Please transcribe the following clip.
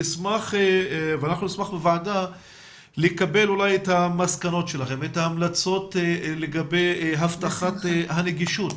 אנחנו נשמח בוועדה לקבל את המסקנות שלכם ואת ההמלצות לגבי הבטחת הנגישות